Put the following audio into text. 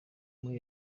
muri